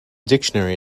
dictionary